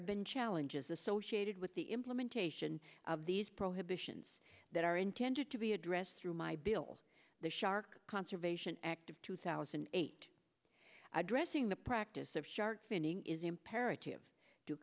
have been challenges associated with the implementation of these prohibitions that are intended to be addressed through my bill the shark conservation act of two thousand and eight addressing the practice of shark finning is imperative